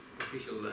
official